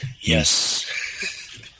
Yes